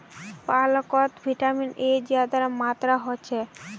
पालकोत vitamin A ज्यादा मात्रात होछे